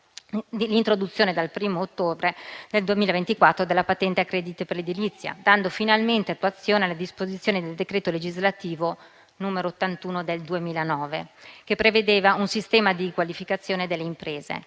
l'introduzione dal 1° ottobre nel 2024 della patente a crediti per l'edilizia, dando finalmente attuazione alle disposizioni del decreto legislativo n. 81 del 2009, che prevedeva un sistema di qualificazione delle imprese.